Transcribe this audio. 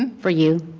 and for you,